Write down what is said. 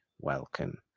welcome